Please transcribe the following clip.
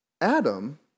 Adam